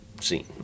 seen